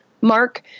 mark